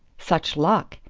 such luck?